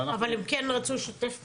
אבל הם כן רצו לשתף פעולה?